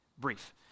brief